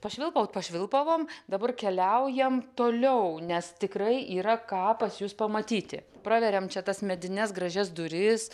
pašvilpaut pašvilpavom dabar keliaujam toliau nes tikrai yra ką pas jus pamatyti praveriam čia tas medines gražias duris